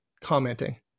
commenting